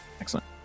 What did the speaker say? Excellent